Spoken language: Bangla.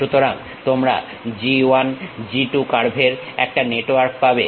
সুতরাং তোমরা G 1 G 2 কার্ভের একটা নেটওয়ার্ক পাবে